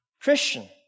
Christian